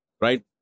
right